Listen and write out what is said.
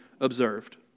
observed